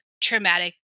traumatic